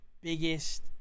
biggest